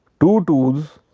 two twos